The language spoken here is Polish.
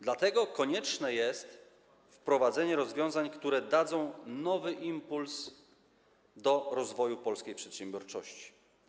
Dlatego konieczne jest wprowadzenie rozwiązań, które dadzą nowy impuls do rozwoju polskiej przedsiębiorczości.